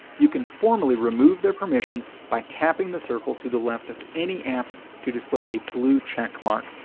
you can formally remove their permissions by tapping the circle to the left of any apps to display a blue checkmark,